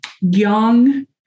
young